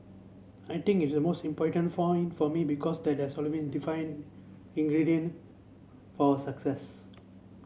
I think is the most important point for me because that has been defining ingredient for our success